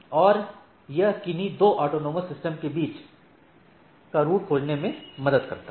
और यह किन्ही दो ऑटॉनमस सिस्टमों के बीच का रूट खोजने में मदद करता है